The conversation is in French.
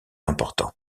important